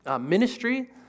ministry